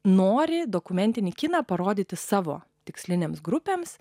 nori dokumentinį kiną parodyti savo tikslinėms grupėms